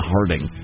Harding